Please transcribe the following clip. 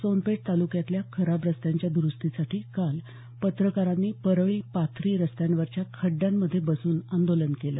सोनपेठ तालुक्यातल्या खराब रस्त्यांच्या दरुस्तीसाठी काल पत्रकारांनी परळी पाथरी रस्त्यांवरच्या खड्ड्यांमध्ये बसून आंदोलन केलं